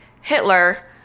Hitler